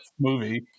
movie